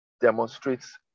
demonstrates